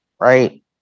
right